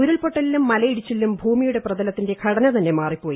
ഉരുൾപൊട്ടലിലും മലയിടിച്ചിലിലും ഭൂമിയുടെ പ്രതലത്തിന്റെ ഘടന തന്നെ മാറിപ്പോയി